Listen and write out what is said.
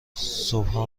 صبحا